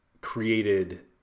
created